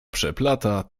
przeplata